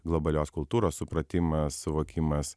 globalios kultūros supratimas suvokimas